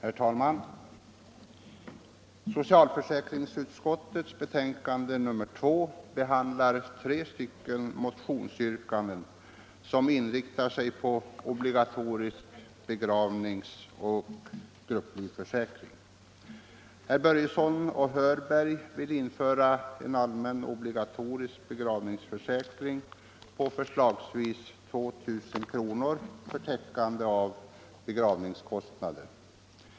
Nr 30 Herr talman! Socialförsäkringsutskottets betänkande nr 2 behandlar Onsdagen den tre motionsyrkanden som inriktar sig på obligatorisk begravningsoch 5 mars 1975 grupplivförsäkring. Herrar Börjesson i Falköping och Hörberg vill införa en allmän obligatorisk begravningsförsäkring på förslagsvis 2000 kr. för — Allmän begravtäckande av begravningskostnader.